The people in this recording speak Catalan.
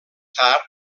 tard